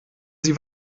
sie